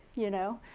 you know?